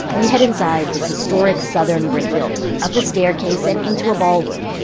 we head inside this historic southern brick building, up a staircase and into a ballroom.